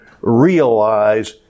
realize